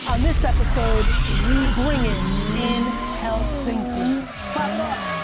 on this episode, we bring it in helsinki. clap it up!